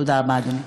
תודה רבה, אדוני.